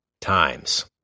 times